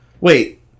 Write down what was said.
wait